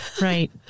Right